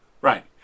Right